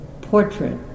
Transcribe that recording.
portrait